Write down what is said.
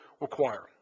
require